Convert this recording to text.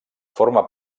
forma